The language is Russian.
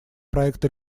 проекта